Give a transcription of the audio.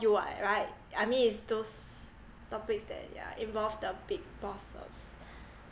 you [what] right I mean it's those topics that yeah involve the big bosses